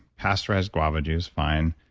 pasteurized guava juice, fine.